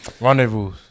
Rendezvous